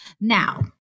Now